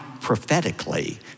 prophetically